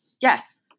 Yes